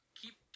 keep